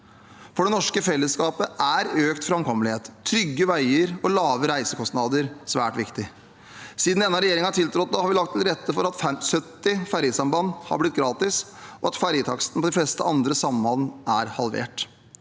For det norske fellesskapet er økt framkommelighet, trygge veier og lavere reisekostnader svært viktig. Siden denne regjeringen tiltrådte, har vi lagt til rette for at 70 fergesamband har blitt gratis, og at fergetakstene på de fleste andre samband er halvert.